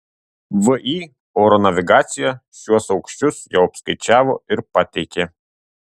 vį oro navigacija šiuos aukščius jau apskaičiavo ir pateikė